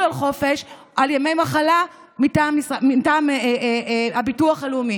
על חופש על ימי מחלה מטעם הביטוח הלאומי.